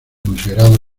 considerado